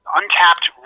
untapped